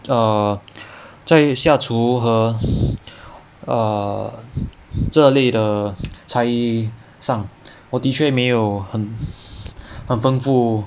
err 在下厨和 err 这类的才艺上我的确没有很很丰富